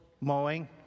Mowing